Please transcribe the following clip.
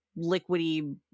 liquidy